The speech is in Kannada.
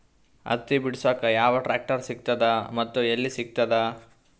ಹತ್ತಿ ಬಿಡಸಕ್ ಯಾವ ಟ್ರಾಕ್ಟರ್ ಸಿಗತದ ಮತ್ತು ಎಲ್ಲಿ ಸಿಗತದ?